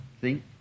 See